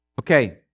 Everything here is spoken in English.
Okay